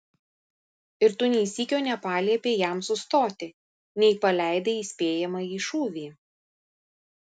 ir tu nė sykio nepaliepei jam sustoti nei paleidai įspėjamąjį šūvį